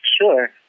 Sure